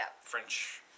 French